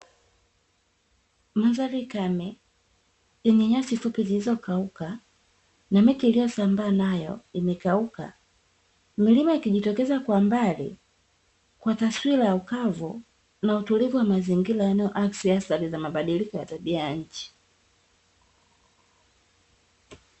Mandhari kame, yenye nyasi fupi zilizokauka, na miti iliyosambaa nayo imekauka. Milima ikijitokeza kwa mbali, kwa taswira ya ukavu, na utulivu wa mazingira yanayoakisi athari za mabadiliko ya tabia ya nchi.